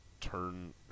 turn